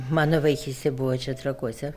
mano vaikystė buvo čia trakuose